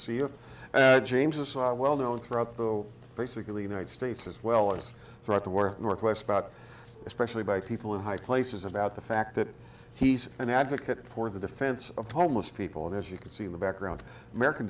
of james as well known throughout the basically united states as well as throughout the worth northwest about especially by people in high places about the fact that he's an advocate for the defense of homeless people and as you can see in the background american